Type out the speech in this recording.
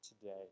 today